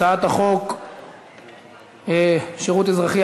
הצעת חוק שירות אזרחי,